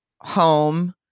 home